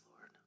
Lord